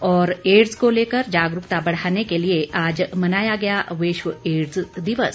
और एडस को लेकर जागरूकता बढ़ाने के लिए आज मनाया गया विश्व एडस दिवस